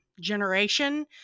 generation